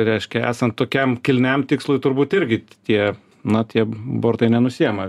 reiškia esant tokiam kilniam tikslui turbūt irgi tie na tie bortai nenusiima